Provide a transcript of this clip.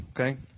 okay